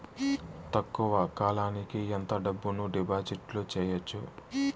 తక్కువ కాలానికి ఎంత డబ్బును డిపాజిట్లు చేయొచ్చు?